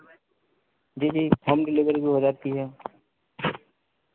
जी जी home delivery भी हो जाती है